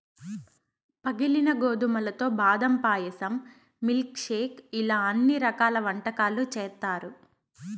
పగిలిన గోధుమలతో బాదం పాయసం, మిల్క్ షేక్ ఇలా అన్ని రకాల వంటకాలు చేత్తారు